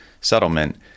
settlement